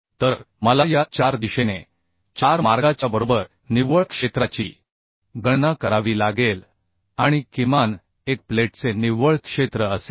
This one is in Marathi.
तर मला या 4 दिशेने 4 मार्गाच्या बरोबर निव्वळ क्षेत्राची गणना करावी लागेल आणि किमान एक प्लेटचे निव्वळ क्षेत्र असेल